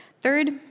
Third